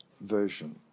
Version